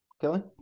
Kelly